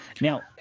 Now